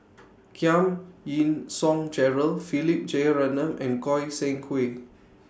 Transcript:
Giam Yean Song Gerald Philip Jeyaretnam and Goi Seng Hui